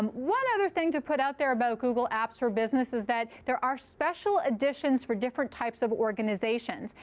um one other thing to put out there about google apps for business is that there are special editions for different types of organizations,